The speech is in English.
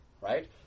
right